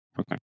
Okay